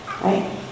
Right